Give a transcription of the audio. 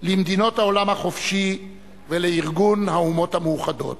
למדינות העולם החופשי ולארגון האומות המאוחדות.